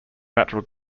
natural